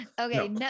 Okay